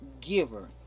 giver